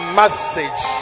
message